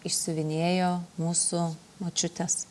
išsiuvinėjo mūsų močiutės